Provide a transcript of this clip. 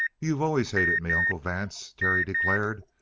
you've always hated me, uncle vance, terry declared.